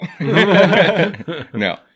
no